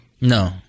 No